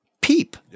Peep